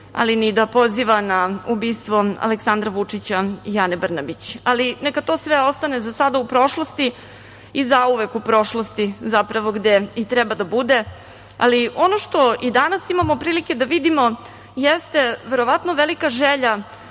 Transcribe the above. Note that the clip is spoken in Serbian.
ali ni da poziva na ubistvo Aleksandra Vučića i Ane Brnabić. Neka to sve ostane za sada u prošlosti i zauvek u prošlosti, zapravo, gde i treba da bude. Ono što i danas imamo prilike da vidimo jeste verovatno velika želja